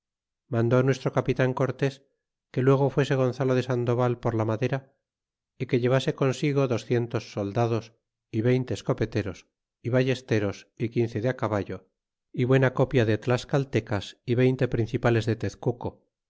mandó nuestro capitan cortés que luego fuese gonzalo de sandoval por la madera y que llevase consigo docientos soldados y veinte escopeteros y ballesteros y quince de caballo y buena copia de tlascaltecas y veinte principales de tezeuco